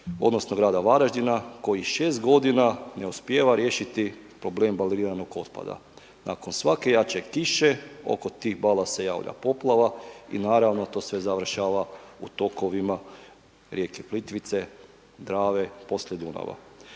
odnosno grada Varaždina koji šest godina ne uspijeva riješiti problem baliranog otpada. Nakon svake jače kiše oko tih bala se javlja poplava i naravno to sve završava u tokovima rijeke Plitvice, Drave, podlije Dunava.